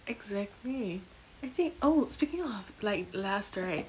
exactly I think oh speaking of like lust right